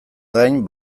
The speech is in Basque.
gain